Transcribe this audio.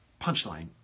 Punchline